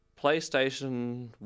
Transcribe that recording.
PlayStation